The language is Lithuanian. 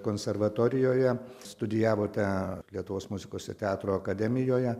konservatorijoje studijavote lietuvos muzikos ir teatro akademijoje